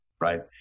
right